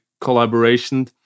collaboration